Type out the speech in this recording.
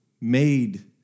made